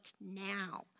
now